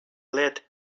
lead